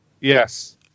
Yes